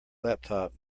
laptop